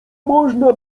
można